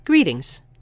Greetings